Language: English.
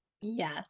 yes